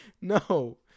No